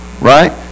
Right